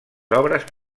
obres